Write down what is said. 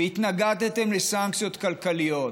והתנגדתם לסנקציות כלכליות.